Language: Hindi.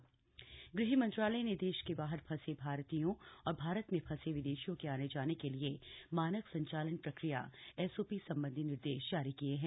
प्रवासी भारतीय गृह मंत्रालय ने देश के बाहर फंसे भारतीयों और भारत में फंसे विदेशियों के आने जाने के लिए मानक संचालन प्रक्रिया एसओपी संबंधी निर्देश जारी किये हैं